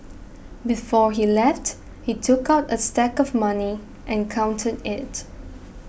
before he left he took out a stack of money and counted it